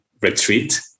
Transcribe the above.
retreat